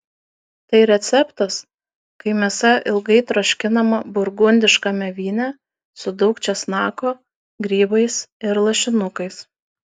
tai receptas kai mėsa ilgai troškinama burgundiškame vyne su daug česnako grybais ir lašinukais